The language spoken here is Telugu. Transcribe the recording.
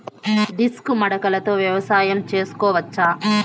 డిస్క్ మడకలతో వ్యవసాయం చేసుకోవచ్చా??